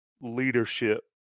leadership